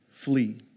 Flee